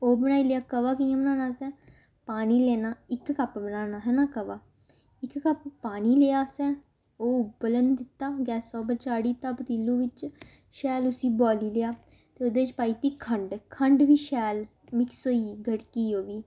ओह् बनाई लेआ कवा कि'यां बनाना असें पानी लैना इक कप्प बनाना हैना कवा इक कप्प पानी लेआ असें ओह् उब्बलन दित्ता गैसा उप्पर चाढ़ी दित्ता पतीलू बिच्च शैल उसी बोआली लेआ ते ओह्दे च पाई दित्ती खंड खंड बी शैल मिक्स होई गेई गड़की ओह् बी